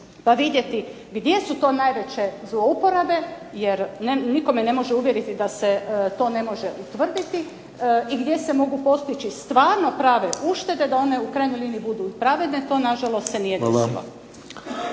pa vidjeti gdje su to najveće zlouporabe jer nitko me ne može uvjeriti da se to ne može utvrditi i gdje se mogu postići stvarno prave uštede da one u krajnjoj liniji budu pravedne to nažalost se nije desilo.